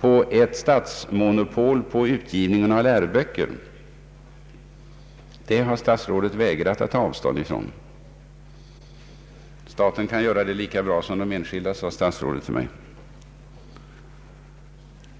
på ett statsmonopol för utgivningen av läroböcker. Herr Carlsson har vägrat att ta avstånd från det. ”Staten kan göra det lika bra som de enskilda”, sade statsrådet till mig.